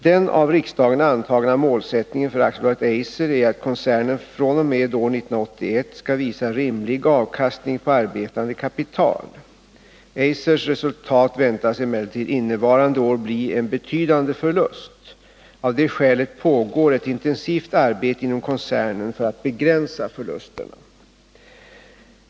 Den av riksdagen antagna målsättningen för AB Eiser är att koncernen fr.o.m. år 1981 skall visa rimlig avkastning på arbetande kapital. Eisers resultat väntas emellertid innevarande år bli en betydande förlust. Av det skälet pågår ett intensivt arbete inom koncernen för att begränsa förlusterna.